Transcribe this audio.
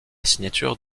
signature